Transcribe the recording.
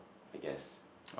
I guess